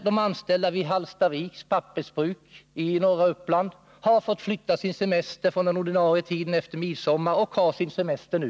De anställda vid Hallstaviks pappersbruk i norra Uppland har fått flytta sin semester från den ordinarie tiden efter midsommar och ta ut sin semester nu.